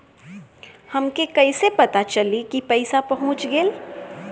हमके कईसे पता चली कि पैसा पहुच गेल?